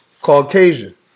Caucasian